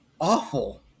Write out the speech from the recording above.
awful